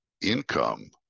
income